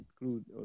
include